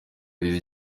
arizo